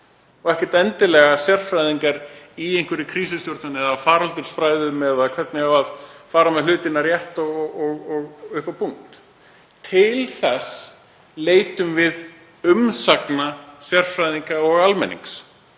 er ekkert endilega sérfræðingar í krísustjórnun eða faraldursfræðum eða hvernig á að fara með hlutina rétt og upp á punkt. Til þess leitum við umsagna og sjónarmiða sérfræðinga og almennings.